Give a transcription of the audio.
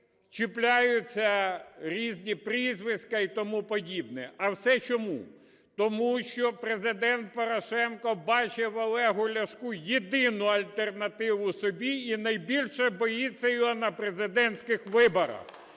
чіпляються різні прізвиська і тому подібне. А все чому? Тому що Президент Порошенко бачить в Олегу Ляшку єдину альтернативу собі і найбільше боїться його на президентських виборах.